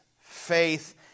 faith